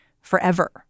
forever